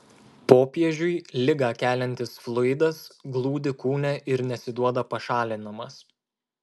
popiežiui ligą keliantis fluidas glūdi kūne ir nesiduoda pašalinamas